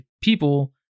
people